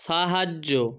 সাহায্য